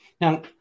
Now